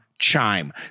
Chime